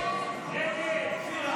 הסתייגות 27 לא